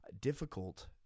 difficult